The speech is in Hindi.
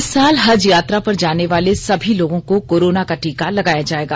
इस साल हज यात्रा पर जाने वाले सभी लोगों को कोरोना का टीका लगाया जाएगा